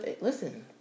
listen